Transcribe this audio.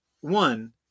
One